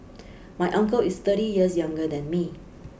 my uncle is thirty years younger than me